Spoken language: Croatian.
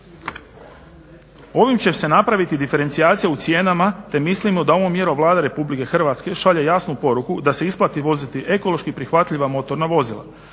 Ovim će se napraviti diferencijacija u cijenama, te mislimo da ovom mjerom Vlada Republike Hrvatske šalje jasnu poruku da se isplati voziti ekološki prihvatljiva motorna vozila.